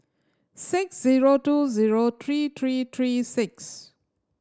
six zero two zero three three three six